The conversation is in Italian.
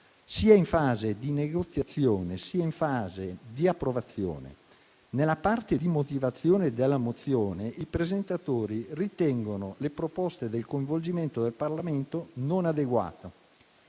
sia in fase di negoziazione, sia in fase di approvazione. Nella parte di motivazione della mozione, i presentatori ritengono le proposte del coinvolgimento del Parlamento non adeguate.